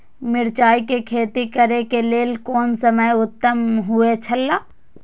मिरचाई के खेती करे के लेल कोन समय उत्तम हुए छला?